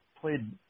played –